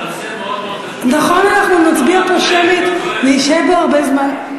נכון, נצביע פה שמית, נשהה פה הרבה זמן.